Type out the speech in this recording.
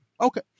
Okay